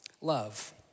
love